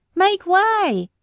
make way!